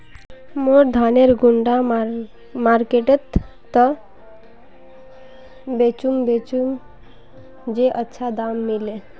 मोर धानेर कुंडा मार्केट त बेचुम बेचुम जे अच्छा दाम मिले?